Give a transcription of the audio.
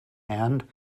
hand